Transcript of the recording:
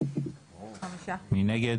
מי נגד?